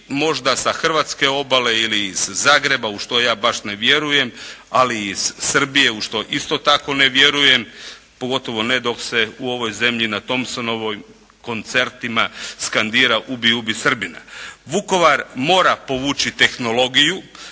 možda sa hrvatske obale ili iz Zagreba, u što ja baš ne vjerujem, ali i iz Srbije, u što isto tako ne vjerujem, pogotovo ne dok se u ovoj zemlji na Thompsonovim koncertima skandira "Ubi, ubi Srbina". Vukovar mora povući tehnologiju,